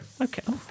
Okay